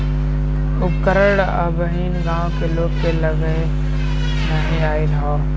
उपकरण अबहिन गांव के लोग के लगे नाहि आईल हौ